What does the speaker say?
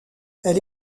elle